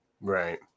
Right